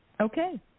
Okay